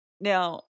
Now